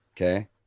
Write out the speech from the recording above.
okay